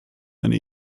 eine